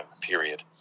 period